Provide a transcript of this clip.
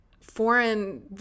foreign